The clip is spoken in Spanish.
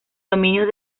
dominios